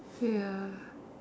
ya